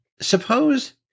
suppose